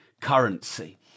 currency